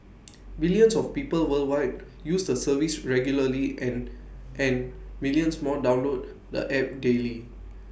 billions of people worldwide use the service regularly and and millions more download the app daily